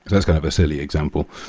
that's kind of a silly example.